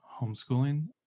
homeschooling